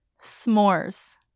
S'mores